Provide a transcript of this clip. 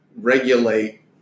regulate